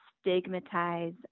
stigmatize